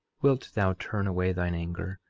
wilt thou turn away thine anger,